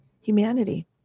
humanity